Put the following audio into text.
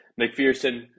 McPherson